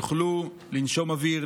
יוכלו לנשום אוויר,